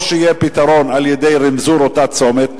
או שיהיה פתרון על-ידי רימזור אותו צומת,